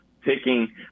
picking